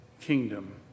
kingdom